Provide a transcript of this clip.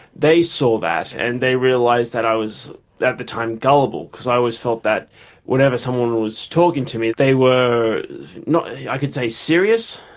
they saw that and they realised that i was at the time gullible, because i always felt whenever someone was talking to me they were not, i could say, serious.